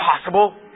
impossible